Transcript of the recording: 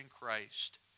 Christ